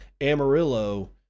Amarillo